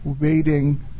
waiting